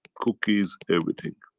cookies, everything.